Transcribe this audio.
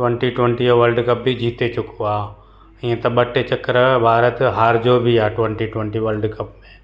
twenty twenty जो world cup बि जीते चुको आहे हीअं त ॿ टे चकर भारत हारजो बि आहे ट्वंटी ट्वंटी वर्ल्डकप में